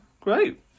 great